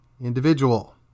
individual